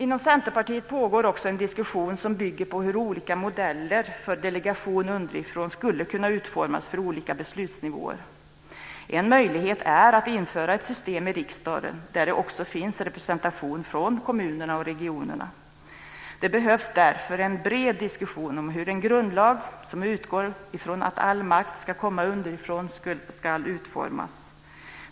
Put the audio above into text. Inom Centerpartiet pågår också en diskussion som bygger på hur olika modeller för delegation underifrån skulle kunna utformas för olika beslutsnivåer. En möjlighet är att införa ett system i riksdagen, där det också finns representation från kommunerna och regionerna. Det behövs därför en bred diskussion om hur en grundlag som utgår från att all makt ska komma underifrån ska utformas.